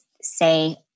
say